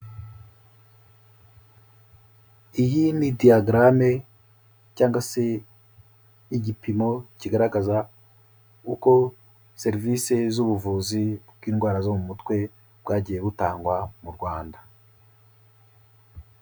Iyi ni diyagarame cyangwa se igipimo kigaragaza uko serivisi z'ubuvuzi bw'indwara zo mu mutwe bwagiye butangwa mu Rwanda.